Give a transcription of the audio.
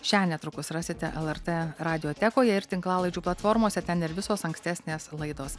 šią netrukus rasite lrt radiotekoje ir tinklalaidžių platformose ten ir visos ankstesnės laidos